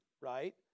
right